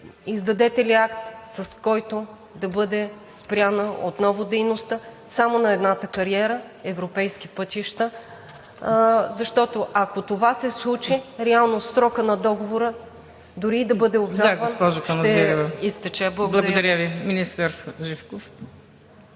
издадете ли акт, с който да бъде спряна отново дейността само на едната кариера – „Европейски пътища“? Защото ако това се случи, реално срокът на договора, дори и да бъде обжалван, ще изтече. Благодаря.